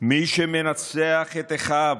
מי שמנצח את אחיו